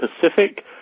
Pacific